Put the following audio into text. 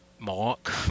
Mark